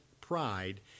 pride